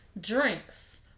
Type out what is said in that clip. Drinks